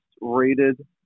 rated